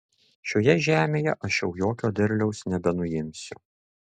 šioje žemėje aš jau jokio derliaus nebenuimsiu